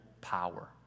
power